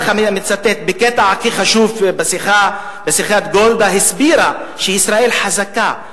אני מצטט: "בקטע הכי חשוב בשיחה גולדה הסבירה שישראל חזקה,